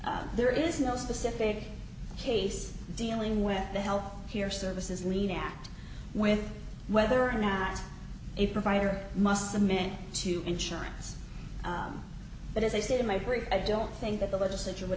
there is no specific case dealing with the help here services lead act with whether or not a provider must submit to insurance but as i said in my query i don't think that the legislature would